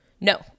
No